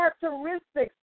characteristics